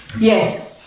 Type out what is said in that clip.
Yes